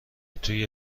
توی